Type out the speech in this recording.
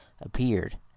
appeared